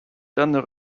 then